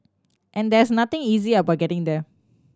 and there's nothing easy about getting there